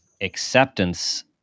acceptance